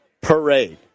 parade